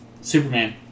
Superman